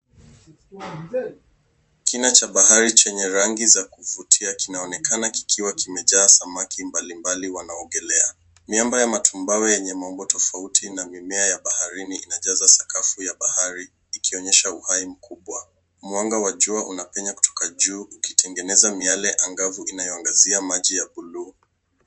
Kina cha bahari chenye rangi za kuvutia kinaonekana kikiwa kimejaa samaki mbalimbali wanaogelea. Miamba ya matumbawe yenye maumbo tofauti na mimea ya baharini inajaza sakafu ya bahari ikionyesha uhai mkubwa. Mwanga wa jua unapenya kutoka juu ukitengeneza miale angavu inayoangazia maji ya buluu.